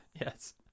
Yes